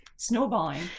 snowballing